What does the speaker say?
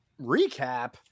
recap